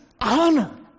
honor